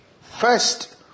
first